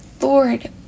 Lord